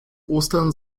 ostern